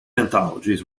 anthologies